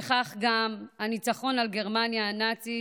כך גם הניצחון על גרמניה הנאצית.